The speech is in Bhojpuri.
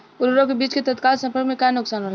उर्वरक व बीज के तत्काल संपर्क से का नुकसान होला?